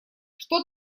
что